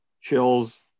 chills